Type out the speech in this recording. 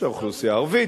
האוכלוסייה הערבית,